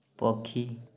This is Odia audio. ପକ୍ଷୀ